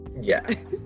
yes